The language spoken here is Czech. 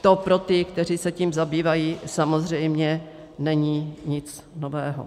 To pro ty, kteří se tím zabývají, samozřejmě není nic nového.